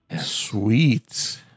Sweet